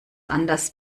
anders